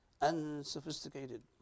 unsophisticated